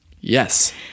Yes